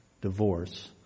divorce